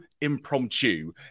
impromptu